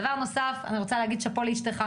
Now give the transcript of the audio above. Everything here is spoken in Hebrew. דבר נוסף, אני רוצה להגיד שאפו לאשתך.